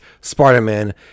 Spider-Man